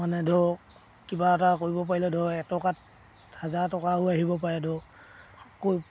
মানে ধৰক কিবা এটা কৰিব পাৰিলে ধৰ এটকাত হাজাৰ টকাও আহিব পাৰে ধৰক কৈ